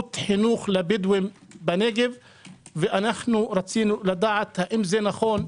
חינוך לבדואים בנגב ורצינו לדעת האם זה נכון?